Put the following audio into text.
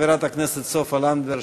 חברת הכנסת סופה לנדבר.